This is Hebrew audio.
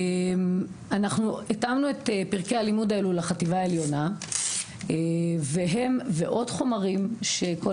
אנחנו התאמנו את פרקי הלימוד האלו לחטיבה העליונה והם ועוד חומרים ש"כל